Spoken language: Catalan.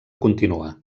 continuar